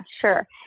sure